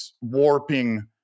warping